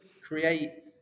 create